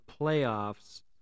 playoffs